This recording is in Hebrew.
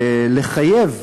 לחייב,